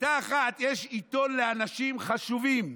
יש אחת, יש עיתון לאנשים חשובים,